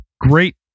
great